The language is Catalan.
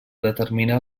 determina